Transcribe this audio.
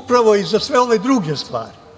upravo i za sve ove druge stvari. Prema